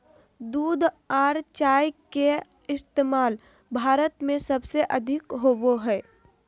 दूध आर चाय के इस्तमाल भारत में सबसे अधिक होवो हय